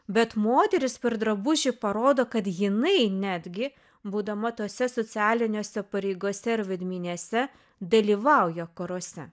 bet moteris per drabužį parodo kad jinai netgi būdama tose socialinėse pareigose ir vaidmenyse dalyvauja karuose